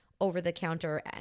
over-the-counter